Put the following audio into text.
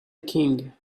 king